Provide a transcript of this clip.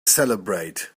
celebrate